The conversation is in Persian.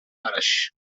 براش